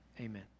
amen